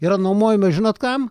yra nuomojama žinot kam